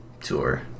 Tour